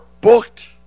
booked